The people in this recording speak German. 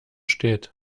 steht